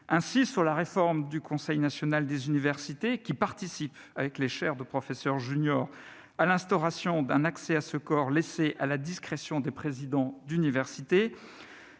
Ainsi, sur la réforme du Conseil national des universités, qui participe avec les chaires de professeurs juniors à l'instauration d'un accès à ce corps laissé à la discrétion des présidents d'université,